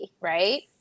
Right